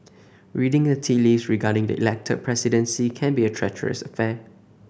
reading the tea leaves regarding the Elected Presidency can be a treacherous affair